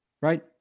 Right